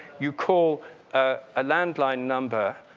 you call a ah landline number